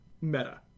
meta